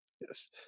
Yes